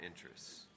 interests